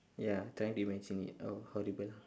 ya trying to imagine it oh horrible